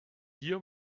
hier